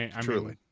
truly